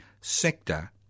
sector